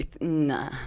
Nah